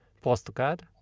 postcard